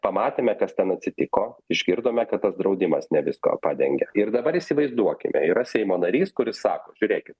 pamatėme kas ten atsitiko išgirdome kad tas draudimas ne visko padengia ir dabar įsivaizduokime yra seimo narys kuris sako žiūrėkit